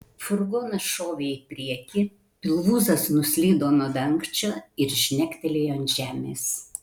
furgonas šovė į priekį pilvūzas nuslydo nuo dangčio ir žnegtelėjo ant žemės